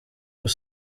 gusa